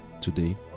today